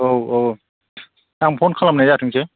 औ औ आं फन खालामनाय जाथोंसै